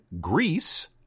Greece